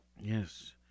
Yes